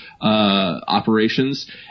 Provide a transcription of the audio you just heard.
operations